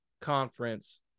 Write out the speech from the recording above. conference